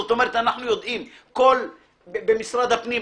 אנחנו יודעים במשרד הפנים,